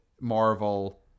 Marvel